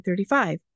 35